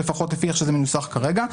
לפחות לפי איך שזה מנוסח כרגע,